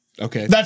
Okay